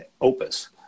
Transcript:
Opus